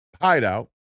hideout